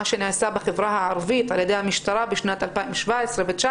מה שנעשה בחברה הערבית על-ידי המשטרה בשנת 2017 ו-2019,